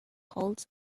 holds